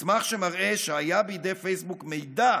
מסמך שמראה שהיה בידי פייסבוק מידע